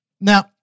Now